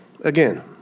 Again